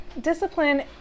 discipline